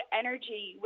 energy